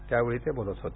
त्यावेळी ते बोलत होते